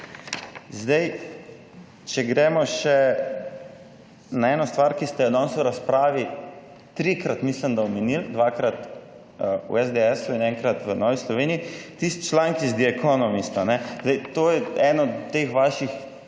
Zdaj, če gremo še na eno stvar, ki ste jo danes v razpravi trikrat, mislim, da omenili, dvakrat v SDS-u in enkrat v Novi Sloveniji, tisti članek iz The Economist. Zdaj, to je eden od teh vaših